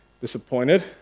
disappointed